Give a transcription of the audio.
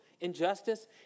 injustice